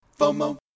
FOMO